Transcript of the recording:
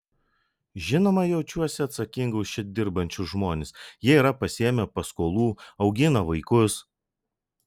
žinoma jaučiuosi atsakinga už čia dirbančius žmones jie yra pasiėmę paskolų augina vaikus